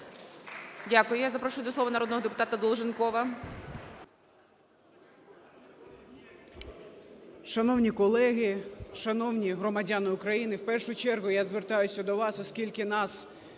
Дякую. Я запрошую до слова народного депутата Крулька,